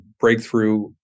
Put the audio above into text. breakthrough